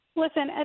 Listen